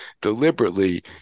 deliberately